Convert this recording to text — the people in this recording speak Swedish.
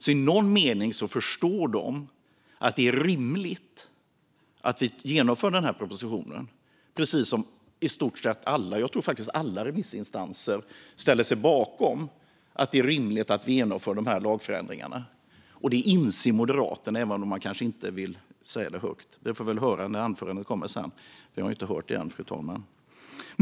I någon mening förstår de att det är rimligt att vi genomför förslagen i propositionen, precis som alla remissinstanser ställer sig bakom det rimliga i att vi genomför de här lagförändringarna. Och det inser Moderaterna, även om man kanske inte vill säga det högt. Vi får väl höra när anförandet hålls sedan. Vi har ju inte hört det än, fru talman.